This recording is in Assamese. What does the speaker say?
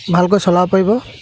ভালকৈ চলাব পাৰিব